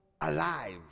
alive